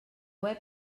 web